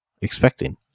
expecting